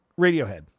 Radiohead